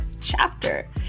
chapter